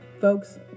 Folks